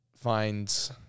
find –